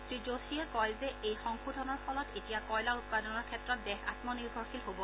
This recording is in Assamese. শ্ৰী যোশীয়ে কয় যে এই সংশোধনৰ ফলত এতিয়া কয়লা উৎপাদনৰ ক্ষেত্ৰত দেশ আমনিৰ্ভৰশীল হ'ব